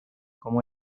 como